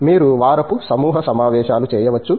మీరు వారపు సమూహ సమావేశాలు చేయవచ్చు